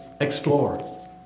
Explore